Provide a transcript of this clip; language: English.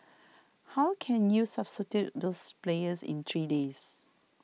how can you substitute those players in three days